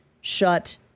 shut